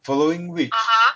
following week